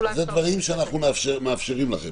אוקיי, אלה דברים שאנחנו מאפשרים לכם.